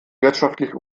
wirtschaftlich